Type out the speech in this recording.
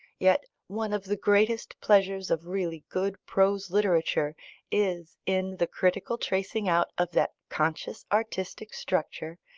yet one of the greatest pleasures of really good prose literature is in the critical tracing out of that conscious artistic structure,